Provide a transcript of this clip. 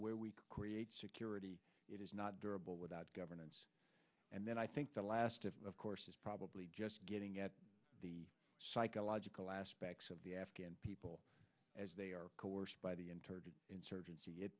where we create security it is not durable without governance and then i think the last of of course is probably just getting at the psychological aspects of the afghan people as they are coerced by the interred insurgency it